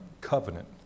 covenant